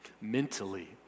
Mentally